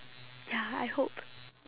ya I hope